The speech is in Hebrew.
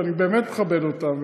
ואני באמת מכבד אותם,